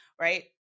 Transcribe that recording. right